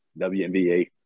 WNBA